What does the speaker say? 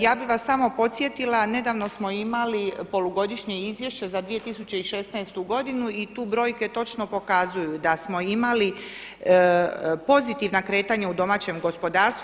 Ja bih vas samo podsjetila, nedavno smo imali polugodišnje izvješće za 2016. godinu i tu brojke točno pokazuju da smo imali pozitivna kretanja u domaćem gospodarstvu.